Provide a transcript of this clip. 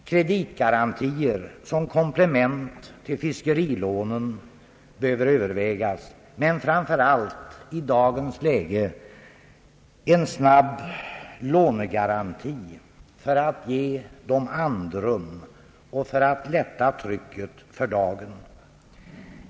Kreditgarantier som komplement till fiskerilånen behöver övervägas, men framför allt behövs i dagens läge en snabb lånegaranti för att ge fiskarna andrum och för att lätta trycket för dagen.